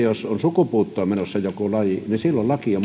jos on sukupuuttoon menossa joku laji niin silloin lakia